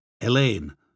Elaine